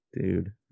dude